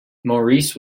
maurice